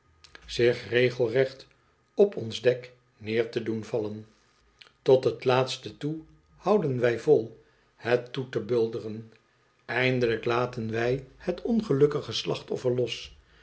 drijet recht op ons dek neer te doen vallen tot het laatste toe houden wij vol het toe te bulderen eindelijk laten wij het ongelukkige slachtoffer los